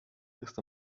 ist